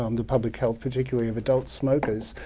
um the public health, particularly of adult smokers,